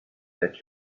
that